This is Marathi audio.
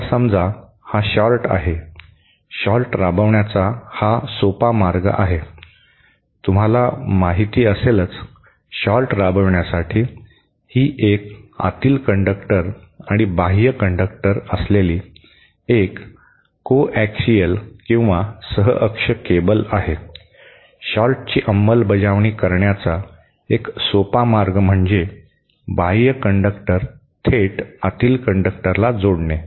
आता समजा हा शॉर्ट आहे शॉर्ट राबविण्याचा हा सोपा मार्ग आहे तुम्हाला माहिती असेलच शॉर्ट राबविण्यासाठी ही एक आतील कंडक्टर आणि बाह्य कंडक्टर असलेली एक कोऍक्सियल किंवा सह अक्ष केबल आहे शॉर्टची अंमलबजावणी करण्याचा एक सोपा मार्ग म्हणजे बाह्य कंडक्टर थेट आतील कंडक्टरला जोडणे